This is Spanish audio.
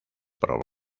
por